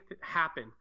happen